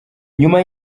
nyuma